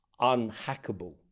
unhackable